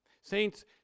Saints